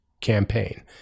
campaign